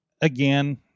again